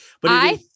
but-